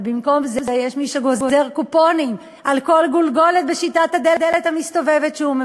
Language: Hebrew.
אבל במקום זה יש מי שגוזר קופונים על כל גולגולת שהוא מביא